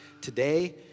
today